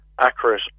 accurate